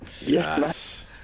Yes